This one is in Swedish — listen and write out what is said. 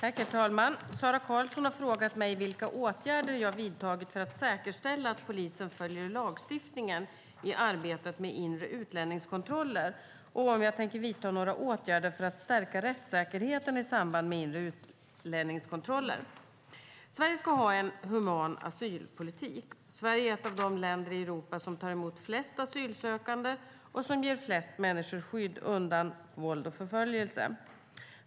Herr talman! Sara Karlsson har frågat mig vilka åtgärder jag har vidtagit för att säkerställa att polisen följer lagstiftningen i arbetet med inre utlänningskontroller och om jag tänker vidta några åtgärder för att stärka rättssäkerheten i samband med inre utlänningskontroller. Sverige ska ha en human asylpolitik. Sverige är ett av de länder i Europa som tar emot flest asylsökande och som ger flest människor skydd undan våld och förföljelse.